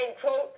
quote